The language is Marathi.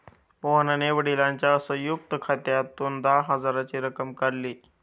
मोहनने वडिलांच्या संयुक्त खात्यातून दहा हजाराची रक्कम काढली